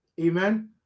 amen